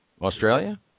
Australia